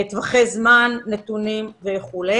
נתונים וכו'.